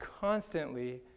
constantly